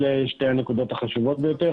אלה שתי הנקודות החשובות ביותר,